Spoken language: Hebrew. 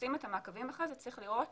שכשעושים את המעקבים אחר כך צריך לראות